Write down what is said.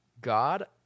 God